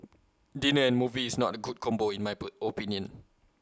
dinner and movie is not A good combo in my opinion